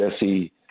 Jesse